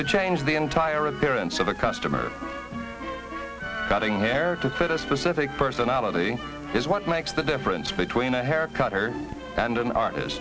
to change the entire appearance of the customer cutting hair to fit a specific personality is what makes the difference between a haircut her and an artist